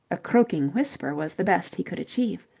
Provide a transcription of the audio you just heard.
a croaking whisper was the best he could achieve.